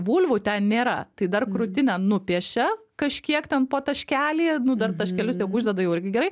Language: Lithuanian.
vulvų ten nėra tai dar krūtinę nupiešia kažkiek ten po taškelį nu dar taškelius uždeda jau irgi gerai